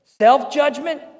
Self-judgment